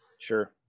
Sure